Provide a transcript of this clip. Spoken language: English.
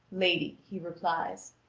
lady, he replies,